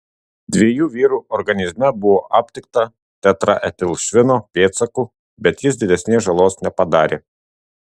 dviejų vyrų organizme buvo aptikta tetraetilšvino pėdsakų bet jis didesnės žalos nepadarė